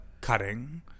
cutting